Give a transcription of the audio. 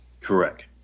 Correct